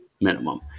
minimum